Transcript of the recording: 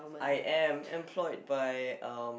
I am employed by um